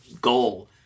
goal